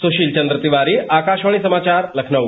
सुशील चंद्र तिवारी आकाशवाणी समाचार लखनऊ